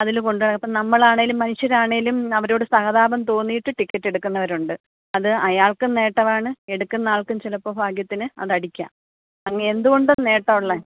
അതില് കൊണ്ട് ഇപ്പം നമ്മളാണേലും മനുഷ്യരാണേലും അവരോട് സഹതാപം തോന്നിയിട്ട് ടിക്കറ്റെടുക്കുന്നവരുണ്ട് അത് അയാൾക്കും നേട്ടമാണ് എടുക്കുന്ന ആൾക്കും ചിലപ്പോൾ ഭാഗ്യത്തിന് അതടിക്കാം അങ്ങനെ എന്തുകൊണ്ടും നേട്ടമുള്ള